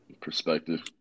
perspective